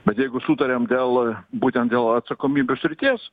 bet jeigu sutarėm dėl būtent dėl atsakomybių srities